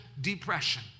depression